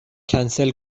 کنسل